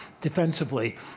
defensively